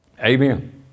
Amen